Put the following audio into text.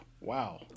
Wow